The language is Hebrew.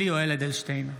(קורא בשמות חברי הכנסת) יולי יואל אדלשטיין,